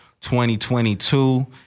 2022